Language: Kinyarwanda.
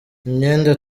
imyenda